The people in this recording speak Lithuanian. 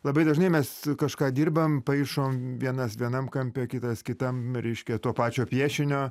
labai dažnai mes kažką dirbam paišom vienas vienam kampe kitas kitam reiškia to pačio piešinio